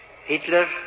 Hitler